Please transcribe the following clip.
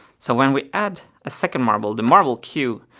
so when we add a second marble, the marble queue,